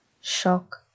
Shock